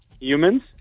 Humans